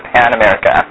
Pan-America